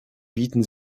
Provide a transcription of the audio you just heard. bieten